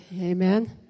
amen